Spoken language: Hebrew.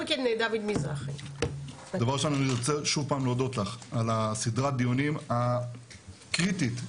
דבר ראשון אני רוצה שוב פעם להודות לך על סדרת הדיונים הקריטית לביטחון.